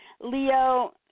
Leo